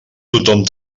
tothom